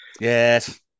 Yes